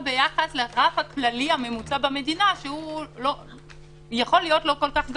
ביחס לרף הכללי הממוצע במדינה שיכול להיות לא כל כך גבוה.